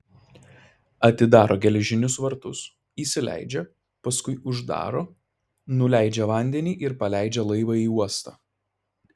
atidaro geležinius vartus įsileidžia paskui uždaro nuleidžia vandenį ir paleidžia laivą į uostą